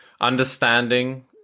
understanding